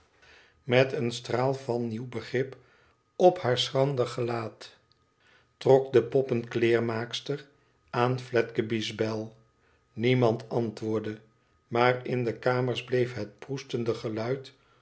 let een straal van nieuw begnp op haar schrander gelaat trok de ipcnkleermaakster aanfledgeby sbel niemand antwoordde maar pie kamers bleef het proestende geluid